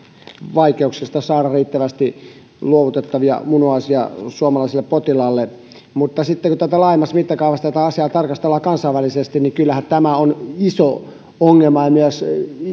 vaikeuksista saada riittävästi luovutettavia munuaisia suomalaisille potilaille mutta sitten kun tätä asiaa laajemmassa mittakaavassa tarkastellaan kansainvälisesti niin kyllähän tämä on iso ongelma ja myös